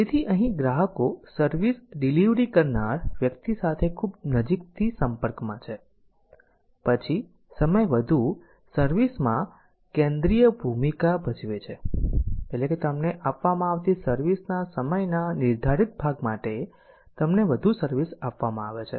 તેથી અહીં ગ્રાહકો સર્વિસ ડિલિવરી કરનાર વ્યક્તિ સાથે ખૂબ નજીકથી સંપર્કમાં છે પછી સમય વધુ સર્વિસ માં કેન્દ્રીય ભૂમિકા ભજવે છે એટલે કે તમને આપવામાં આવતી સર્વિસ ના સમયના નિર્ધારિત ભાગ માટે તમને વધુ સર્વિસ આપવામાં આવે છે